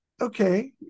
Okay